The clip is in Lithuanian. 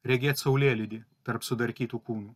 regėt saulėlydį tarp sudarkytų kūnų